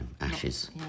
ashes